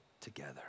together